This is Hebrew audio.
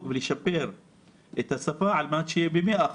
ולשפר את השפה על מנת שזה יהיה 100%,